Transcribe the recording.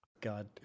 God